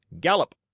GALLOP